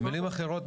במילים אחרות,